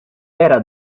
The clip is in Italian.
era